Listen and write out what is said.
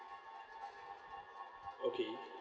okay